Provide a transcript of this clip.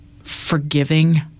forgiving